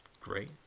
great